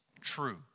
true